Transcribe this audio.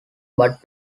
but